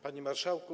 Panie Marszałku!